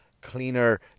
cleaner